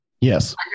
Yes